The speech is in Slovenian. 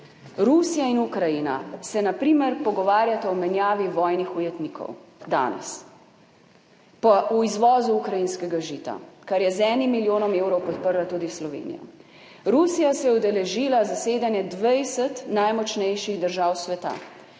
Rusija in Ukrajina se na primer pogovarjata o menjavi vojnih ujetnikov, danes pa o izvozu ukrajinskega žita, kar je z enim milijonom evrov podprla tudi Slovenija. Rusija se je udeležila zasedanja dvajset najmočnejših držav sveta,